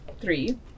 three